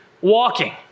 walking